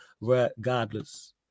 regardless